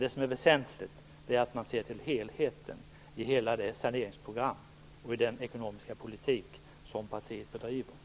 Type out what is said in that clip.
Vad som är väsentligt är att man ser till helheten i saneringsprogrammet och i den ekonomiska politik som partiet bedriver.